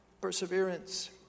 perseverance